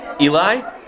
Eli